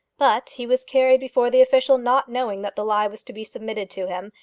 but he was carried before the official not knowing that the lie was to be submitted to him,